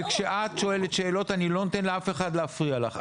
וכשאת שואלת שאלות אני לא נותן לאף אחד להפריע לך.